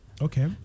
Okay